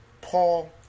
Paul